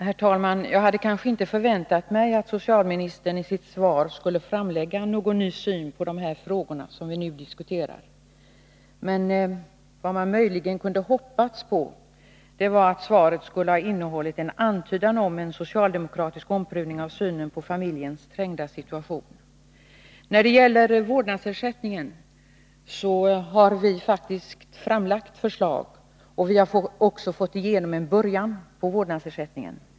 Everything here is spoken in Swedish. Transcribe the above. Herr talman! Jag hade kanske inte förväntat mig att socialministern i sitt svar skulle framlägga någon ny syn på de frågor vi nu diskuterar. Vad man möjligen kunde ha hoppats på var att svaret skulle ha innehållit en antydan om en socialdemokratisk omprövning av synen på familjens trängda situation. När det gäller vårdnadsersättning har vi faktiskt framlagt förslag, och vi har också fått igenom en början till vårdnadsersättning.